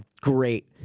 great